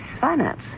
finance